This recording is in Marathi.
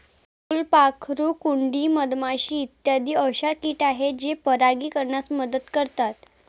फुलपाखरू, कुंडी, मधमाशी इत्यादी अशा किट आहेत जे परागीकरणास मदत करतात